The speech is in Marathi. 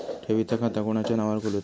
ठेवीचा खाता कोणाच्या नावार खोलूचा?